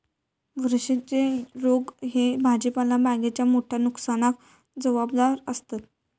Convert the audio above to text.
बुरशीच्ये रोग ह्ये भाजीपाला बागेच्या मोठ्या नुकसानाक जबाबदार आसत